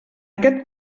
aquest